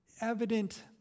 evident